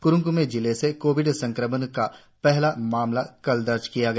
कुरुंग कुमे जिले से कोविड संक्रमण का पहला मामला कल दर्ज किया गया